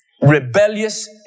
rebellious